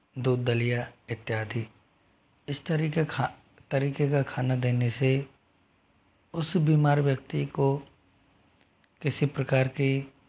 दूध दलिया इत्यादि इस तरीके खा तरीके का खाना देने से उस बीमार व्यक्ति को किसी प्रकार की